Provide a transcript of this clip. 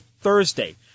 Thursday